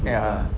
ya